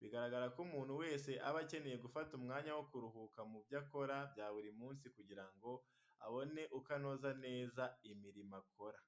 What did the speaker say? Bigaragara ko umuntu wese abakeneye gufata umwanya wo kuruhuka mu byo akora bya buri munsi kugira ngo abone uko anoza neza imirimo akora.